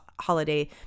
holiday